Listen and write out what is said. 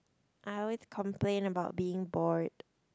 I always complain about being bored